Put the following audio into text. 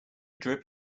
drip